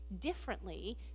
Differently